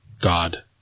God